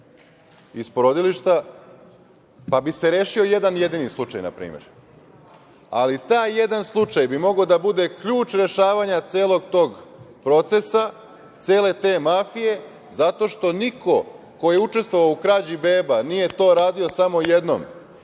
iz porodilišta, pa bi se rešio jedan jedini slučaj na primer, ali taj jedan slučaj bi mogao da bude ključ rešavanja celog tog procesa, cele te mafije, zato što niko ko je učestovao u krađi beba nije to radio samo jednom